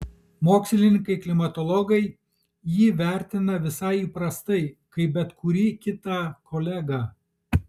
mokslininkai klimatologai jį vertina visai įprastai kaip bet kurį kitą kolegą